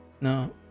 no